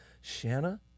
Shanna